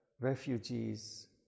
refugees